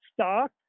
stock